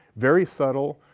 very subtle,